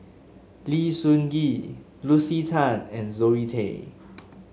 Lim Sun Gee Lucy Tan and Zoe Tay